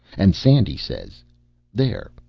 and sandy says there,